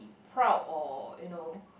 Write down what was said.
proud or you know